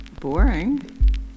boring